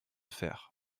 faire